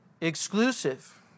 exclusive